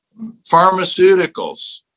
pharmaceuticals